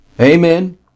Amen